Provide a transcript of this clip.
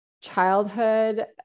childhood